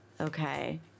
Okay